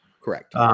Correct